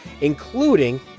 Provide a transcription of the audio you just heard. including